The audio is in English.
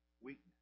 weakness